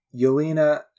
Yelena